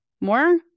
more